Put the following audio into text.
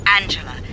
Angela